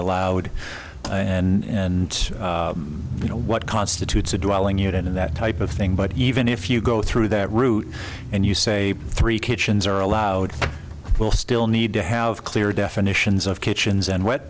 allowed and what constitutes a dwelling unit and that type of thing but even if you go through that route and you say three kitchens are allowed we'll still need to have clear definitions of kitchens and w